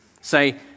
say